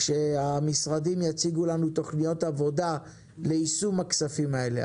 כשהמשרדים יציגו לנו תוכניות עבודה ליישום הכספים האלה.